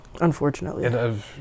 Unfortunately